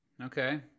Okay